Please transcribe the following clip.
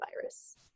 virus